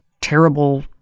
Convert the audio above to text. terrible